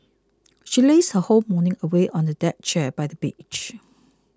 she lazed her whole morning away on a deck chair by the beach